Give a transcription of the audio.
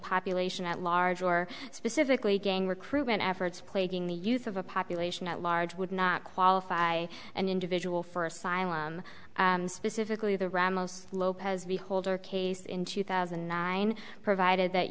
population at large or specifically gang recruitment efforts plaguing the youth of a population at large would not qualify an individual for asylum specifically the ramos lopez beholder case in two thousand and nine provided that